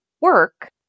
work